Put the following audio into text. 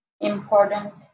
important